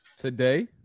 Today